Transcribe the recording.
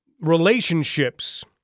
relationships